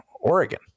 Oregon